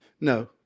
No